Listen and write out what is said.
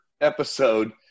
episode